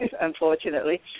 unfortunately